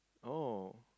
oh